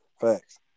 Facts